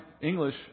English